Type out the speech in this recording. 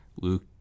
Luke